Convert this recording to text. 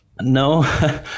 No